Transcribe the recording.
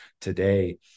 today